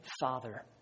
Father